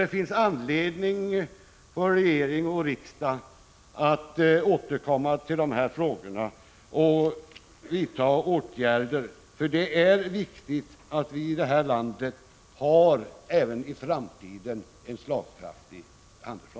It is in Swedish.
Det finns anledning för regering och riksdag att återkomma till dessa frågor och vidta åtgärder, för det är viktigt att vi här i landet även i framtiden har en slagkraftig handelsflotta.